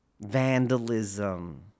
vandalism